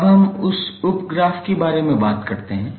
अब हम उप ग्राफ के बारे में बात करते हैं